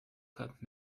cut